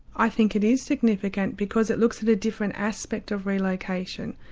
i think it is significant, because it looks at a different aspect of relocation.